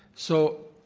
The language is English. so,